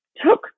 took